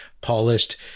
polished